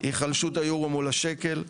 היחלשות היורו מול השקל,